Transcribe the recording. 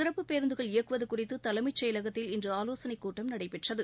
சிறப்பு பேருந்துகள் இயக்குவது குறித்து தலைமைச்செயலகத்தில் இன்று ஆலோசனைக்கூட்டம் நடைபெற்றது